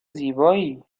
زیبایی